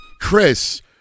Chris